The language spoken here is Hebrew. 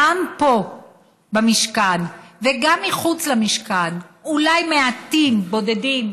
גם פה במשכן וגם מחוץ למשכן, אולי מעטים, בודדים,